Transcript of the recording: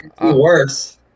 Worse